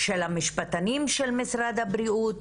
של המשפטנים של משרד הבריאות?